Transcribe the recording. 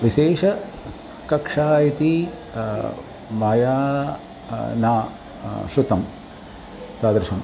विशेषकक्षा इति मया न श्रुतं तादृशम्